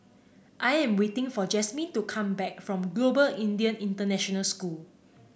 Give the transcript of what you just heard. I am waiting for Jazmin to come back from Global Indian International School